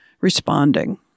responding